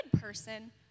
person